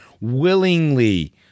willingly